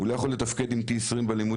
הוא לא יכול לתפקד עם T-20 בלימודים,